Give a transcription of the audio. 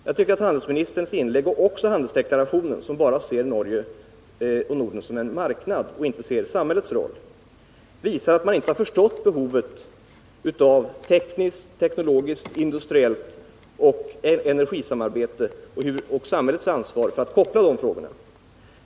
Jag tycker att såväl handelsdeklarationen som handelsministerns inlägg nu, som bara ser Norge och Norden som en marknad och inte ser samhällets roll, visar att regeringen inte förstått behovet av tekniskt, teknologiskt och industriellt samarbete och energisamarbete samt samhällets ansvar för att koppla ihop de frågorna.